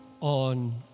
on